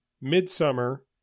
midsummer